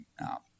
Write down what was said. Now